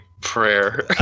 prayer